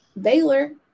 Baylor